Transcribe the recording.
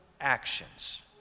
actions